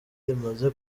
rimaze